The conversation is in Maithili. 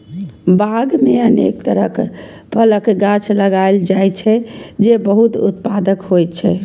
बाग मे अनेक तरहक फलक गाछ लगाएल जाइ छै, जे बहुत उत्पादक होइ छै